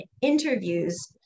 interviews